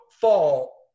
fall